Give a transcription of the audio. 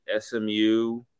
SMU